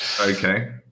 Okay